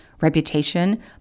reputation